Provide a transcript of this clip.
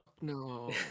No